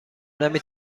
نمی